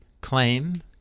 claim